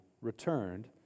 returned